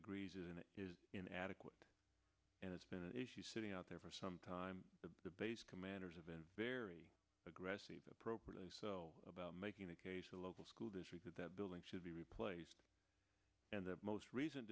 agrees is in it is inadequate and it's been an issue sitting out there for some time but the base commanders have been very aggressive appropriately about making the case the local school district that building should be replaced and the most recent